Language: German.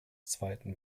zweiten